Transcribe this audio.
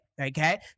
Okay